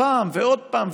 פעם ועוד פעם,